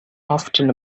often